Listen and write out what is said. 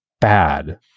bad